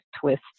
twist